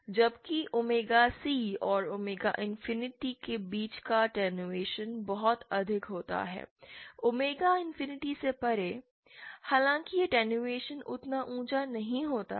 जबकि omega C और omega infinity के बीच का अटैंयुएशन बहुत अधिक होता है ओमेगा इंफिनिटी से परे हालांकि अटैंयुएशन उतना ऊँचा नहीं होता है